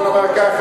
בוא נאמר ככה,